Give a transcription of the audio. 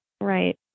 Right